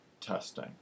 testing